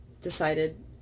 decided